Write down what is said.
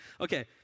Okay